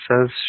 says